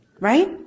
Right